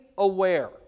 aware